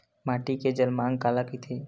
माटी के जलमांग काला कइथे?